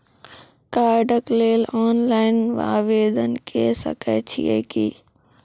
कार्डक लेल ऑनलाइन आवेदन के सकै छियै की?